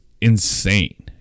insane